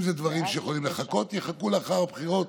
אם הדברים יכולים לחכות, הם יחכו לאחר הבחירות